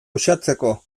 uxatzeko